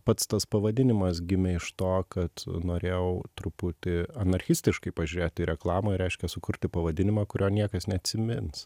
pats tas pavadinimas gimė iš to kad norėjau truputį anarchistiškai pažiūrėt į reklamą reiškia sukurti pavadinimą kurio niekas neatsimins